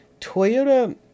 Toyota